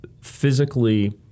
physically